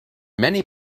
many